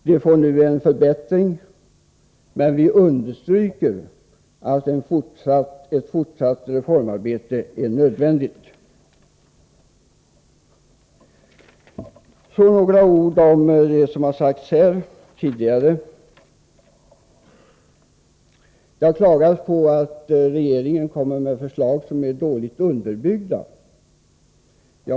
De får nu en förbättring. Men vi understryker att ett fortsatt reformarbete är nödvändigt. Så några ord om det som sagts här tidigare i dag. Det har klagats på att regeringen kommer med förslag som är dåligt underbyggda.